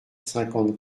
cinquante